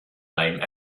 name